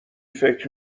فکر